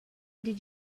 did